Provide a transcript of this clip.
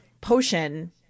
potion